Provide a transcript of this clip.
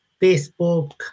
facebook